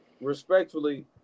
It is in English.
Respectfully